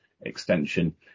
extension